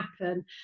happen